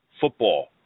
football